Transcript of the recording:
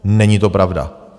Není to pravda.